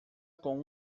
com